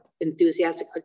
enthusiastic